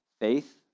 faith